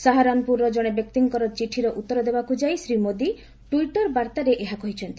ସାହାରାନପୁରର ଜଣେ ବ୍ୟକ୍ତିଙ୍କର ଚିଠିର ଉତ୍ତର ଦେବାକୁ ଯାଇ ଶ୍ରୀ ମୋଦି ଟ୍ୱିଟ୍ର ବାର୍ତ୍ତାରେ ଏହା କହିଛନ୍ତି